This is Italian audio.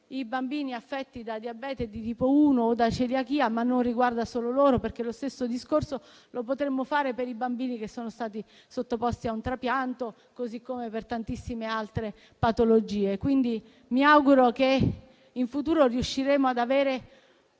i bambini affetti da diabete di tipo 1 o da celiachia, ma non solo loro. Lo stesso discorso lo potremmo fare infatti per i bambini che sono stati sottoposti a un trapianto, così come per tantissime altre patologie. Quindi mi auguro che in futuro riusciremo ad avere